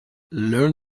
learn